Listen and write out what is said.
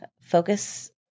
focus